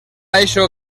això